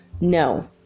no